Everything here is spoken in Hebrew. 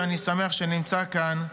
שאני שמח שנמצא כאן,